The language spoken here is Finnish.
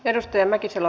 arvoisa puhemies